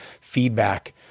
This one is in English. feedback